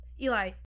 eli